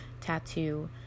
tattoo